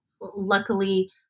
luckily